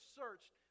searched